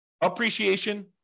appreciation